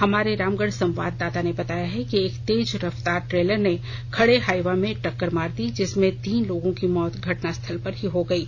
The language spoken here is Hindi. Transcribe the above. हमारे रामगढ़ संवाददाता ने बताया है कि एक तेज रफ्तार ट्रेलर ने खड़े हाइवा में टक्कर मार दी जिसमें तीन लोगों की मौत घटना स्थल पर ही हो गयी